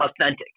Authentic